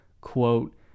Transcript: quote